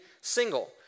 single